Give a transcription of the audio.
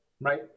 right